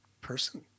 person